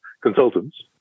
consultants